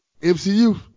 MCU